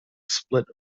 split